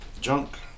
Junk